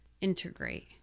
integrate